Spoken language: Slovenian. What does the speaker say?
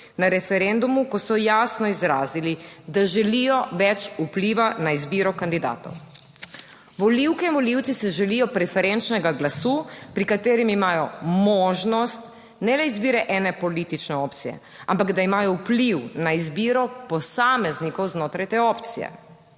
na referendumu, ko so jasno izrazili, da želijo več vpliva na izbiro kandidatov. Volivke in volivci si želijo preferenčnega glasu, pri katerem imajo možnost ne le izbire ene politične opcije, ampak da imajo vpliv na izbiro posameznikov znotraj te opcije.